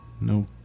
no